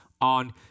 on